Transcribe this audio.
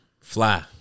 fly